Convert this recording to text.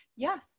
Yes